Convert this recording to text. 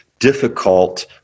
difficult